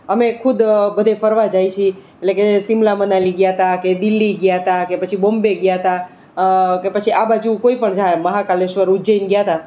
અમે ખુદ બધે ફરવા જાઈ છીએ એટલે કે સિમલા મનાલી ગયા હતા કે દિલ્લી ગયા હતા કે પછી બોમ્બે ગયા હતા કે પછી આ બાજુ કોઈ પણ મહાકાલેશ્વર ઉજ્જૈન ગયા હતા